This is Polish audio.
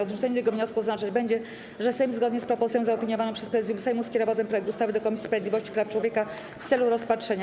Odrzucenie tego wniosku oznaczać będzie, że Sejm, zgodnie z propozycją zaopiniowaną przez Prezydium Sejmu, skierował ten projekt ustawy do Komisji Sprawiedliwości i Praw Człowieka w celu rozpatrzenia.